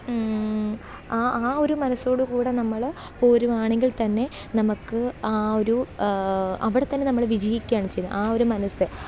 ആ ആ ഒരു മനസ്സോടു കൂടെ നമ്മള് പോരുവാണെങ്കില് തന്നെ നമുക്ക് ആ ഒരു അവിടെ തന്നെ നമ്മള് വിജയിക്കുകയാണ് ചെയ്തത് ആ ഒരു മനസ്സ്